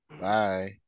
Bye